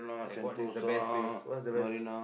like what is the best place what's the best